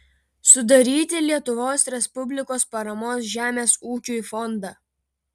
sudaryti lietuvos respublikos paramos žemės ūkiui fondą